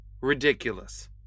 ridiculous